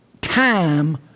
time